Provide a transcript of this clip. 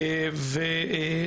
אני